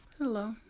Hello